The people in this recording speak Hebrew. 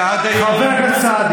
ועד היום,